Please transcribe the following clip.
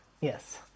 Yes